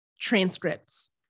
transcripts